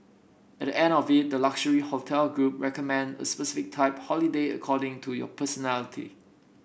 at the end of it the luxury hotel group recommend a specific type holiday according to your personality